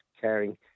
caring